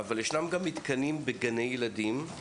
ישנם מתקנים גם בגני ילדים,